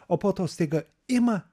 o po to staiga ima